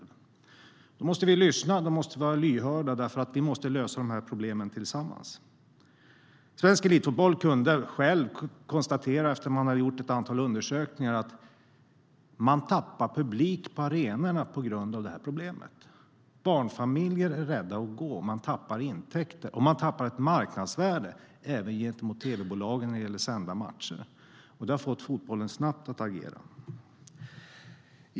Vi måste lyssna, och vi måste vara lyhörda. Vi måste nämligen lösa problemen tillsammans. Svensk Elitfotboll kunde efter att ha gjort ett antal undersökningar själv konstatera att man tappar publik på arenorna på grund av det här problemet. Barnfamiljer är rädda att gå. Man tappar intäkter, och man tappar ett marknadsvärde även gentemot tv-bolagen när det gäller sända matcher. Det har snabbt fått fotbollen att agera.